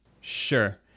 Sure